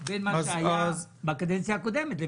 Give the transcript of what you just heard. אני תמיד שמחה כששמחה מקדים אותי.